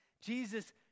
Jesus